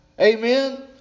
Amen